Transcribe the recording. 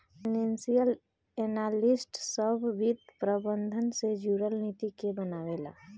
financial analyst सभ वित्त प्रबंधन से जुरल नीति के बनावे ला